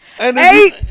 Eight